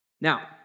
Now